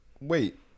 Wait